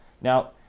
Now